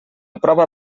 prova